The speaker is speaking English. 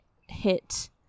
hit